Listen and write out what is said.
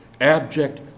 abject